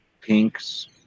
Pink's